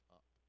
up